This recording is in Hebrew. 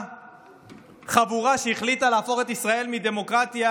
חבורה שהחליטה להפוך את ישראל מדמוקרטיה